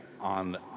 on